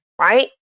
Right